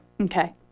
Okay